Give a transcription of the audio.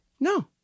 No